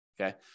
okay